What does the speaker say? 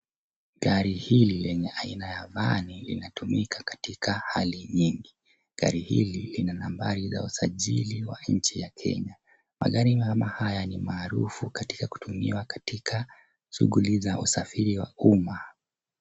Gari hili lenye aina ya vani, linatumika katika hali nyingi. Gari hili lina nambari za usajili wa nchi ya Kenya. Magari kama haya ni maarufu katika kutumiwa katika shughuli za usafiri wa umma.